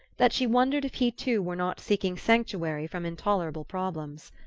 that she wondered if he too were not seeking sanctuary from intolerable problems.